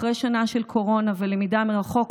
אחרי שנה של קורונה ולמידה מרחוק,